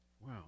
Wow